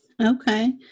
Okay